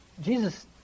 Jesus